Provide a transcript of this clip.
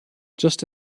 just